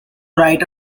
write